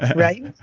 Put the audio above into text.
right?